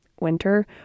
winter